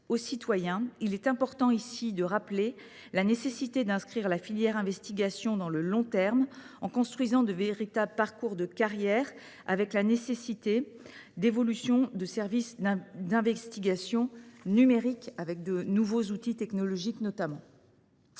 aux citoyens, il est important de rappeler la nécessité d’inscrire la filière investigation dans le long terme, en construisant de véritables parcours de carrière avec la nécessaire évolution des services d’investigation numérique, notamment de nouveaux outils technologiques.